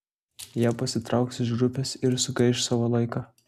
jie pasitrauks iš grupės ir sugaiš savo laiką